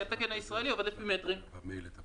כי התקן הישראלי עובד לפי מטרים ולכן